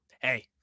hey